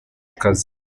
akazi